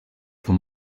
for